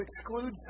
exclude